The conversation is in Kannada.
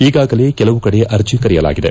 ಈಗಾಗಲೇ ಕೆಲವು ಕಡೆ ಅರ್ಜಿ ಕರೆಯಲಾಗಿದೆ